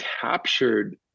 captured